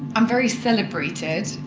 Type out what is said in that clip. i'm very celebrated,